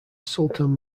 sultan